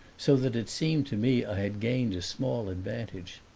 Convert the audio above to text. so that it seemed to me i had gained a small advantage.